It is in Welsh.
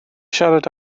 siarad